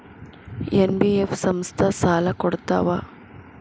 NBF ಸಂಸ್ಥಾ ಸಾಲಾ ಕೊಡ್ತಾವಾ?